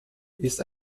ist